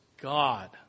God